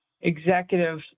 executive